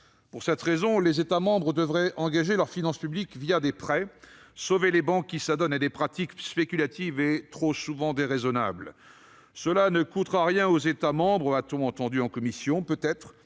Dans ce cadre, les États membres devraient engager leurs finances publiques, des prêts, pour sauver les banques qui s'adonnent à des pratiques spéculatives et trop souvent déraisonnables. « Cela ne coûtera rien aux États membres », a-t-on entendu en commission. Peut-être,